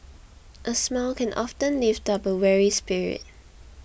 a smile can often lift up a weary spirit